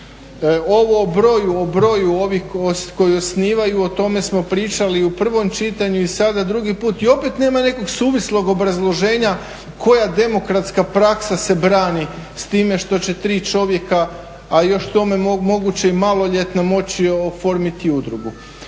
o broju ovih koji osnivaju, o tome smo pričali u prvom čitanju i sada drugi put i opet nema nekog suvislog obrazloženja koja demokratska praksa se brani s time što će 3 čovjeka, a još k tome moguće i maloljetni moći oformiti udrugu.